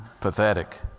pathetic